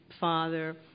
father